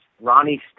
Ronnie